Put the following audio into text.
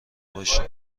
باشیم